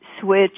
switch